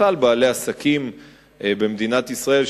ובכלל לבעלי עסקים במדינת ישראל,